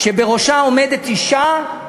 שבראשה עומדת אישה,